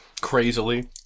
Crazily